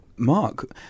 Mark